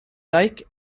dyke